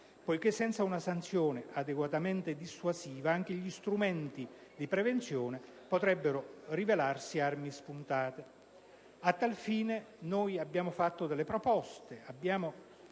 poiché senza una sanzione adeguatamente dissuasiva anche gli strumenti di prevenzione potrebbero rivelarsi armi spuntate. A tal fine proponiamo di inserire un articolo